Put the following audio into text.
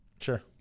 Sure